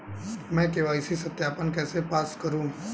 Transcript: मैं के.वाई.सी सत्यापन कैसे पास करूँ?